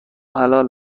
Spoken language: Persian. حلال